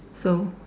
so